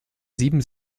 sieben